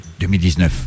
2019